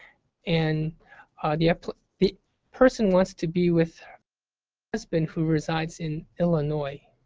and the the person wants to be with her husband who resides in illinois?